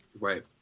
Right